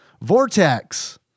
Vortex